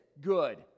good